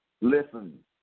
Listen